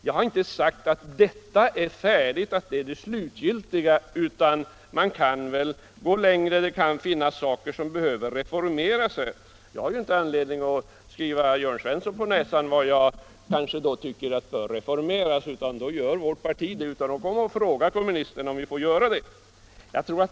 Jag har inte sagt att vi har nått det slutgiltiga målet. Det kan behövas fler reformer, men jag har inte anledning att skriva Jörn Svensson på näsan vad jag kanske tycker bör reformeras. Det tar vårt parti ställning till utan att först be kommunisterna om lov.